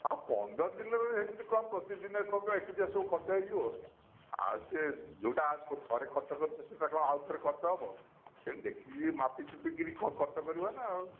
ହଁ ପନ୍ଦର ଦିନ ରେ କ'ଣ ପ୍ରତି ଦିନ ରେ କ'ଣ ଏକୁଟିଆ ସବୁ ଖର୍ଚ୍ଚ ହୋଇଯିବ ଆଉ ସେ ଯେଉଁଟା ଥରେ ଖର୍ଚ୍ଚ କରୁଛୁ ସେହିଟା କ'ଣ ଆଉ ଥରେ ଖର୍ଚ୍ଚ ହେବ ଏହିଟା ଦେଖିକି ମାପି ଚୁପିକି କିରି ଖର୍ଚ୍ଚ କରିବ ନା